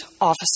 Officer